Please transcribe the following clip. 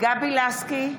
גבי לסקי,